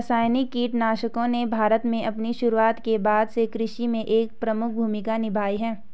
रासायनिक कीटनाशकों ने भारत में अपनी शुरूआत के बाद से कृषि में एक प्रमुख भूमिका निभाई है